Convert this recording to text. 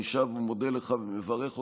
אני שב ומודה לך ומברך אותך,